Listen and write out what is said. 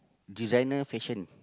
designer fashion